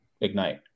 Ignite